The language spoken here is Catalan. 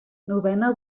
novena